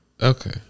Okay